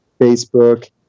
Facebook